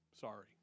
Sorry